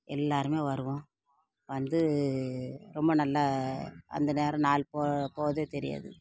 எல்லோருமே வருவோம் வந்து ரொம்ப நல்லா அந்த நேரம் நாள் போ போகிறதே தெரியாது